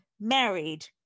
married